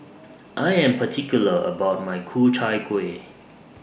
I Am particular about My Ku Chai Kueh